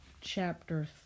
chapter